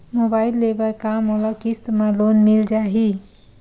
Mobile ले बर का मोला किस्त मा लोन मिल जाही?